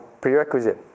Prerequisite